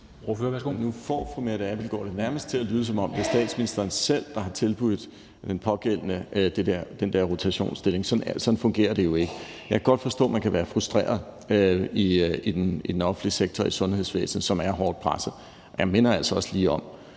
Nu får fru Mette Abildgaard det nærmest til at lyde, som om det er statsministeren selv, der har tilbudt den pågældende den der rotationsstilling, men sådan fungerer det jo ikke. Jeg kan godt forstå, at man kan være frustreret i den offentlige sektor, i sundhedsvæsenet, som er hårdt presset, men jeg minder altså også lige om,